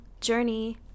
journey